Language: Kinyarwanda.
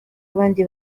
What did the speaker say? abandi